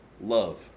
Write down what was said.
love